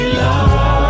love